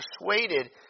persuaded